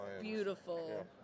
beautiful